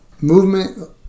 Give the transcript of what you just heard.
movement